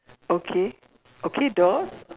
okay okay doors